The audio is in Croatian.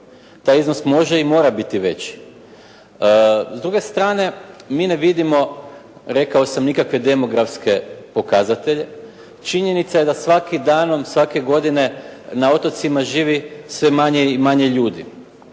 Taj iznos može i mora biti veći. S druge strane mi ne vidimo, rekao sam nikakve demografske pokazatelje. Činjenica je da svakim danom svake godine na otocima živi sve manje i manje ljudi.